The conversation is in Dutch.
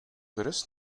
gerust